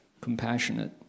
compassionate